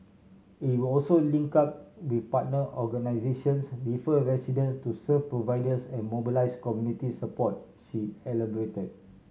it would also link up with partner organisations refer residents to service providers and mobilise community support she elaborated